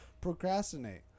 procrastinate